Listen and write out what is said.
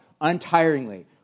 untiringly